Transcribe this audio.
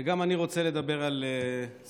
גם אני רוצה לדבר על סולידריות.